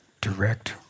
direct